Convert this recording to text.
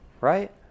right